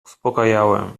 uspokajałem